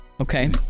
okay